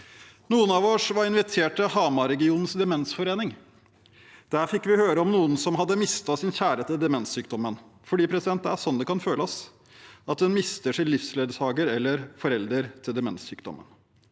Noen av oss var invitert til Hamarregionen demensforening. Der fikk vi høre om noen som hadde mistet sin kjære til demenssykdommen. Det er sånn det kan føles, at en mister sin livsledsager eller forelder til demenssykdommen.